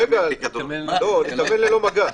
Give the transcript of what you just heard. להתאמן ללא מגע.